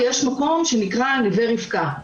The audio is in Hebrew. יש מקום שנקרא "נווה רבקה",